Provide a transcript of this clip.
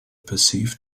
perceived